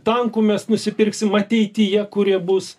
tankų mes nusipirksim ateityje kurie bus